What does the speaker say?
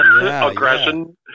aggression